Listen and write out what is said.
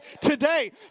today